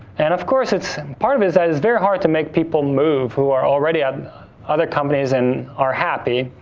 and of course, it's, part of it is that it's very hard to make people move who are already at other companies and are happy.